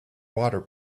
water